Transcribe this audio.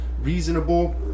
reasonable